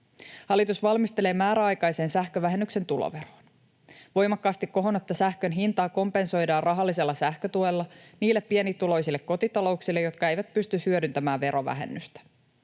Hallitus valmistelee määräaikaisen sähkövähennyksen tuloveroon. Voimakkaasti kohonnutta sähkön hintaa kompensoidaan rahallisella sähkötuella niille pienituloisille kotitalouksille, jotka eivät pysty hyödyntämään verovähennystä.